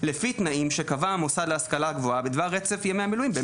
לפי תנאים שקבע המוסד להשכלה בדבר רצף ימי המילואים.